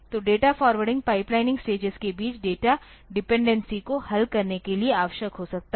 तो data forwarding pipeline stages के बीच डेटा डेपेंडेन्सीज़ को हल करने के लिए आवश्यक हो सकता है